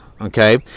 Okay